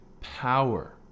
power